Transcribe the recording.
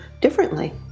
differently